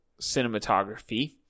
cinematography